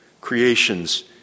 creations